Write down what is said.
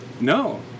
No